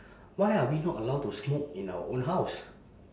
why are we not allowed to smoke in our own house